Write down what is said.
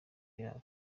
yabo